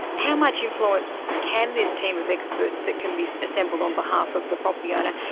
how much influence can this team of experts that can be assembled on behalf of the property owner,